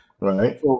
Right